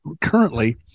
currently